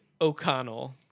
O'Connell